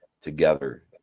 together